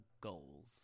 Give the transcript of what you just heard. goals